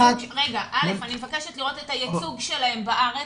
אני מבקשת לראות את הייצוג שלהם בארץ.